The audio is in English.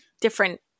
different